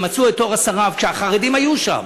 שמצאו את אור אסרף כשהחרדים היו שם,